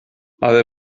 ale